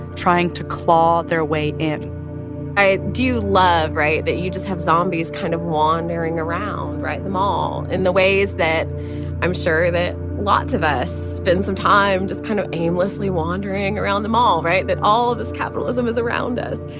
trying to claw their way in i do love right? that you just have zombies kind of wandering around at the mall in the ways that i'm sure that lots of us spend some time just kind of aimlessly wandering around the mall right? that all of us capitalism is around us.